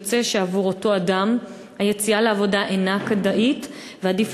יוצא שעבור אותו אדם היציאה לעבודה אינה כדאית ועדיף